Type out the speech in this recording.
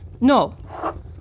No